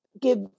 give